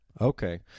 okay